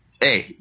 hey